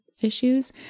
Issues